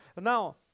Now